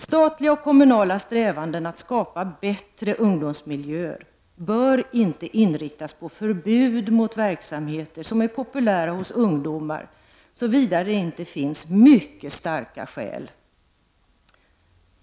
Statliga och kommunala strävanden att skapa bättre ungdomsmiljöer bör inte inriktas på förbud mot verksamheter som är populära hos ungdomar, såvida det inte finns mycket starka skäl.